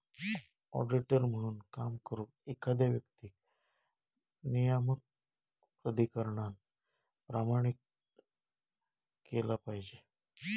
auditor म्हणून काम करुक, एखाद्या व्यक्तीक नियामक प्राधिकरणान प्रमाणित केला पाहिजे